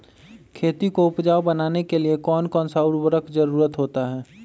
खेती को उपजाऊ बनाने के लिए कौन कौन सा उर्वरक जरुरत होता हैं?